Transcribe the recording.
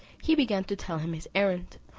he began to tell him his errand,